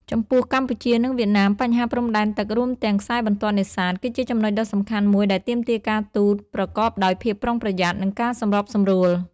ចំពោះកម្ពុជា និងវៀតណាម បញ្ហាព្រំដែនទឹក រួមទាំងខ្សែបន្ទាត់នេសាទ គឺជាចំណុចដ៏សំខាន់មួយដែលទាមទារការទូតប្រកបដោយភាពប្រុងប្រយ័ត្ន និងការសម្របសម្រួល។